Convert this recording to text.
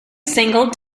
single